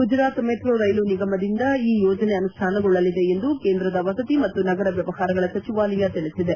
Gujarat metro rail ನಿಗಮದಿಂದ ಈ ಯೋಜನೆ ಅನುಷ್ಠಾನಗೊಳ್ಳಲಿದೆ ಎಂದು ಕೇಂದ್ರದ ವಸತಿ ಮತ್ತು ನಗರ ವ್ಲವಹಾರಗಳ ಸಚಿವಾಲಯ ತಿಳಿಸಿದೆ